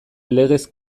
legez